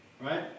Right